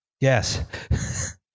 Yes